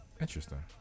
Interesting